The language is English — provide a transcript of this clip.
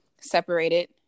separated